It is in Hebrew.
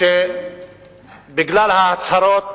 בגלל ההצהרות